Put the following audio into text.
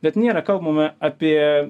bet nėra kalbama apie